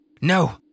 No